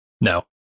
No